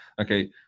Okay